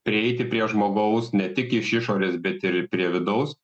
prieiti prie žmogaus ne tik iš išorės bet ir prie vidaus